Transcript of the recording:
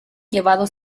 llevado